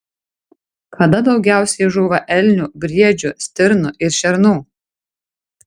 kada daugiausiai žūva elnių briedžių stirnų ir šernų